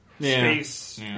space